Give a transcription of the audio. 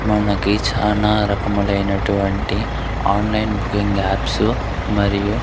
మనకి చాలా రకములైనటువంటి ఆన్లైన్ బుకింగ్ యాప్స్ మరియు